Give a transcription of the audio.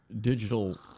digital